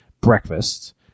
breakfast